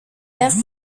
terre